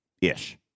Ish